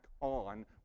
on